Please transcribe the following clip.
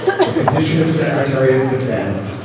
the position of secretary of defense.